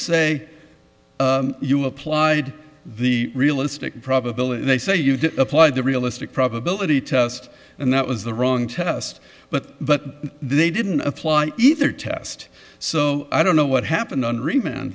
say you applied the realistic probability they say you applied the realistic probability test and that was the wrong test but but they didn't apply either test so i don't know what happened on re